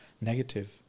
negative